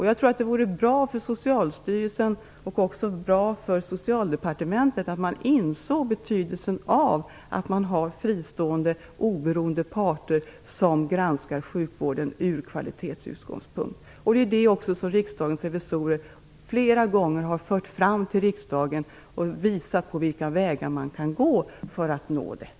Jag tror att det vore bra för Socialstyrelsen, och också för Socialdepartementet, om man insåg betydelsen av att man har fristående, oberoende parter som granskar sjukvården med kvaliteten som utgångspunkt. Detta har också Riksdagens revisorer flera gånger fört fram till riksdagen, och de har också visat på vilka vägar man kan gå för att uppnå det.